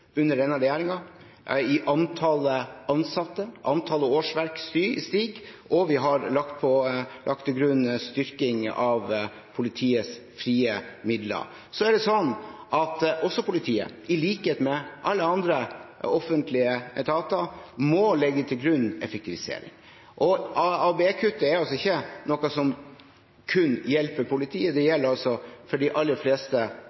under denne regjeringen – det gjelder antall ansatte, antall årsverk stiger, og vi har lagt til grunn styrking av politiets frie midler. Også politiet, i likhet med alle andre offentlige etater, må legge til grunn effektivisering. ABE-kutt er ikke noe som kun gjelder politiet, det gjelder for de aller fleste